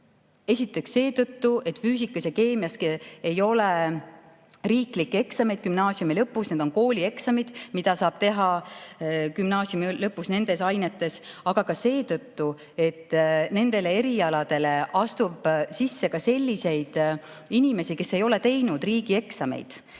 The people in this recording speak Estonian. esiteks seetõttu, et füüsikas ja keemias ei ole riiklikke eksameid gümnaasiumi lõpus, need on koolieksamid, mida saab nendes ainetes teha gümnaasiumi lõpus. Aga ka seetõttu, et nendele erialadele astub ka selliseid inimesi, kes ei ole teinud riigieksameid